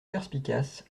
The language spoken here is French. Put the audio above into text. perspicace